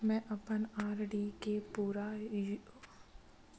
मैं अपन आर.डी के पूरा होये के निर्देश जानना चाहहु